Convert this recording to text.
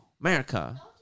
America